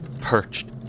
perched